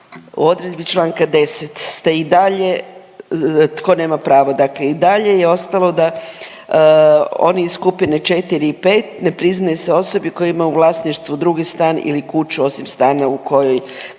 u odredbi čl. 10. ste i dalje tko nema pravo, dakle i dalje je ostalo da one skupine 4. i 5. ne priznaje se osobi koja ima u vlasništvu drugi stan ili kuću osim stana koji